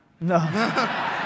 No